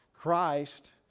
Christ